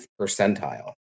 percentile